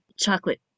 chocolate